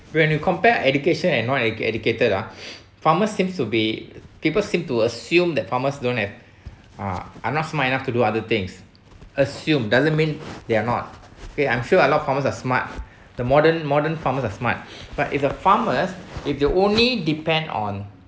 when you compare education non edu~ educated ah farmers seems to be people seem to assume that farmers don't have uh are not smart enough to do other things assume doesn't mean they are not okay I'm sure a lot of farmers are smart the modern modern farmers are smart but if the farmers if they are only depend on